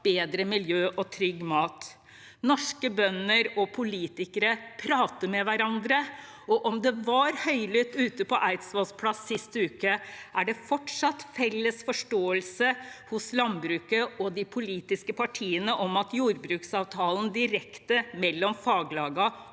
bedre miljø og trygg mat. Norske bønder og politikere prater med hverandre, og om det var høylytt ute på Eidsvolls plass sist uke, er det fortsatt en felles forståelse hos landbruket og de politiske partiene om at jordbruksavtalen direkte mellom faglagene